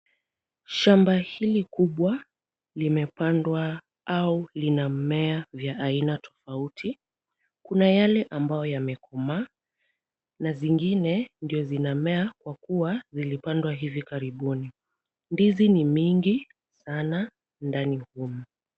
Shamba hili kubwa limepandwa au lina mmea vya aina tofauuti. Kuna yale ambayo yamekomaa na zingine ndio zinamea kwa kuwa vilipandwa hivi karibuni. Ndizi ni mingi sana ndani humu.